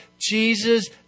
Jesus